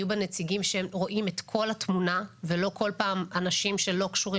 יהיו בה נציגים שרואים את כל התמונה ולא כל פעם אנשים שלא קשורים.